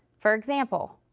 for example,